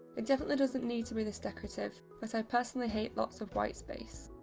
it definitely doesn't need to be this decorative, but i personally hate lots of white space.